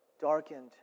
darkened